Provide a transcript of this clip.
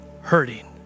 hurting